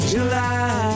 July